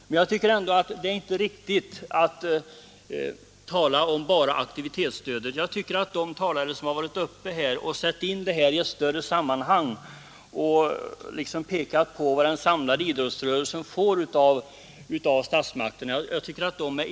Men jag tycker ändå inte att det är riktigt att bara tala om aktivitetsstödet, utan jag anser att de talare är inne på rätt linje som satt in detta stöd i ett större sammanhang och pekat på vad den samlade idrottsrörelsen får av statsmakterna.